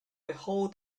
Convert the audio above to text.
behold